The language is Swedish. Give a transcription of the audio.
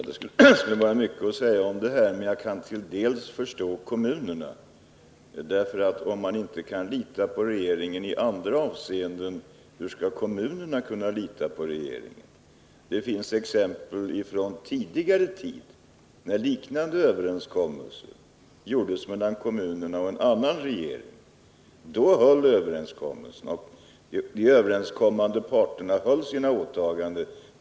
Fru talman! Man skulle kunna säga mycket om det här. Till dels kan jag förstå kommunerna. Kan man inte lita på regeringen i andra avseenden kan man fråga sig hur kommunerna skall kunna lita på den i det här fallet. Det finns exempel från tidigare då liknande överenskommelser träffades mellan kommunerna och en annan regering. Då höll de parter som träffat överenskommelse sina åtaganden.